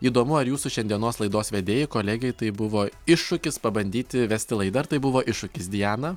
įdomu ar jūsų šiandienos laidos vedėjai kolegei tai buvo iššūkis pabandyti vesti laidą ar tai buvo iššūkis diana